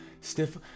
Stiff